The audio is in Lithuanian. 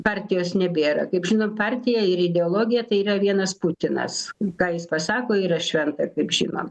partijos nebėra kaip žinom partija ir ideologija tai yra vienas putinas ką jis pasako yra šventa kaip žinom